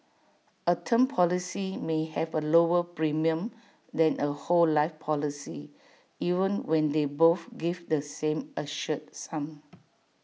A term policy may have A lower premium than A whole life policy even when they both give the same assured sum